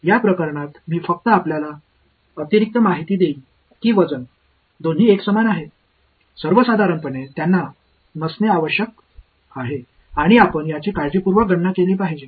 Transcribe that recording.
या प्रकरणात मी फक्त आपल्याला अतिरिक्त माहिती देईन की वजन दोन्ही 1 समान आहे सर्वसाधारणपणे त्यांना नसणे आवश्यक आहे आणि आपण याची काळजीपूर्वक गणना केली पाहिजे